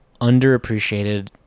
underappreciated